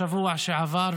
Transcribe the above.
בשבוע שעבר,